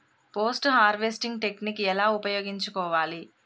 Post harvesting technique ఎలా ఉపయోగించుకోవాలి?